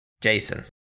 Jason